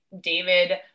David